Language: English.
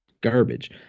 garbage